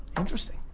interesting.